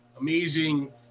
Amazing